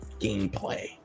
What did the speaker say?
gameplay